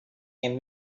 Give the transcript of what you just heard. and